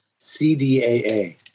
CDAA